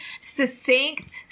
succinct